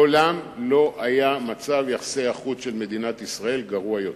מעולם לא היה מצב יחסי החוץ של מדינת ישראל גרוע יותר.